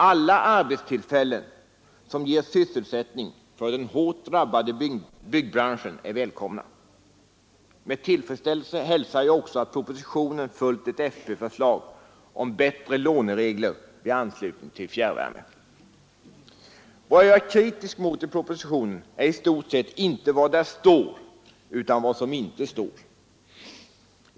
Alla arbetstillfällen som ger sysselsättning för den hårt drabbade byggbranschen är välkomna. Med tillfredsställelse hälsar jag också att propositionen följt ett folkpartiförslag om bättre låneregler vid anslutning till fjärrvärme. Vad jag är kritisk mot i propositionen är i stort inte vad där står utan vad som inte står.